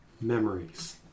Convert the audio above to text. memories